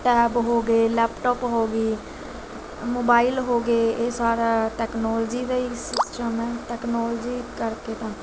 tab ਹੋ ਗਏ laptop ਹੋ ਗਏ ਮੋਬਾਈਲ ਹੋ ਗਏ ਇਹ ਸਾਰਾ ਟੈਕਨੋਲਜੀ ਦਾ ਹੀ ਸਿਸਟਮ ਹੈ ਟੈਕਨੋਲਜੀ ਕਰਕੇ ਤਾਂ